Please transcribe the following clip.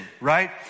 right